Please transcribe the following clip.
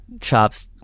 chops